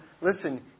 Listen